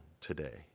today